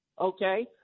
Okay